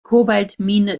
kobaltmine